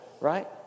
Right